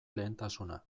lehentasuna